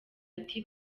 ati